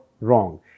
wrong